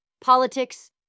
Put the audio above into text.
politics